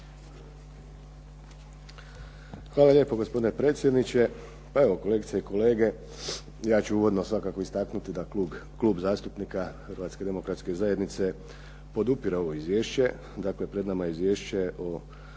Hvala lijepo. Gospodine predsjedniče.